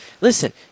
Listen